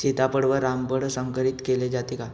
सीताफळ व रामफळ संकरित केले जाते का?